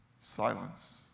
Silence